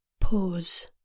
Pause